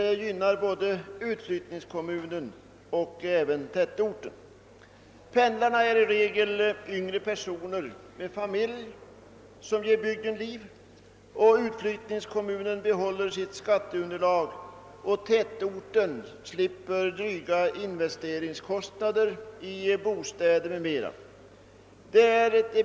Det gynnar både utflyttningskommunen och tätorten. Pendlarna är i regel yngre personer med familj som ger bygden liv. Utflyttningskommunen behåller sitt skatteunderlag, och tätorten slipper dryga investeringar i bostäder m.m.